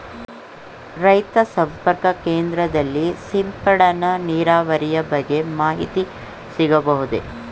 ರೈತ ಸಂಪರ್ಕ ಕೇಂದ್ರದಲ್ಲಿ ಸಿಂಪಡಣಾ ನೀರಾವರಿಯ ಬಗ್ಗೆ ಮಾಹಿತಿ ಸಿಗಬಹುದೇ?